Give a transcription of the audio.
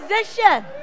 position